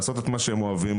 לעשות את מה שהם אוהבים.